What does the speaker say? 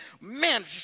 man